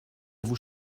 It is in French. vous